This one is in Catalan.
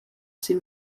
ser